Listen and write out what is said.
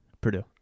Purdue